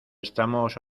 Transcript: estamos